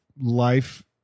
life